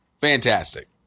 fantastic